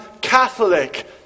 Catholic